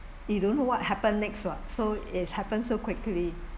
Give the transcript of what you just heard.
you don't know what happen next [what] so it happened so quickly